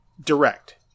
direct